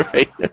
Right